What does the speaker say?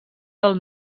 del